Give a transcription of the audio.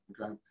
okay